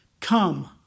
Come